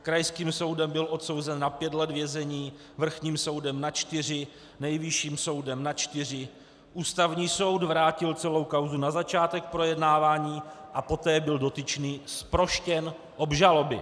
Krajským soudem byl odsouzen na pět let vězení, vrchním soudem na čtyři roky, Nejvyšším soudem na čtyři, Ústavní soud vrátil celou kauzu na začátek projednávání a poté byl dotyčný zproštěn obžaloby.